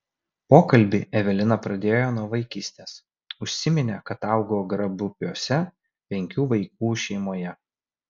pokalbį evelina pradėjo nuo vaikystės užsiminė kad augo grabupiuose penkių vaikų šeimoje